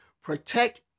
Protect